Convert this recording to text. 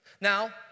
Now